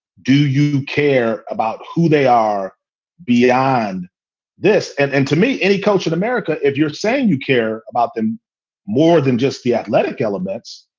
do you care about who they are beyond this? and and to me, any coach in america, if you're saying you care about them more than just the athletic elements,